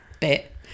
bit